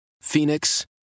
Phoenix